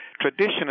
traditionally